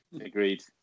Agreed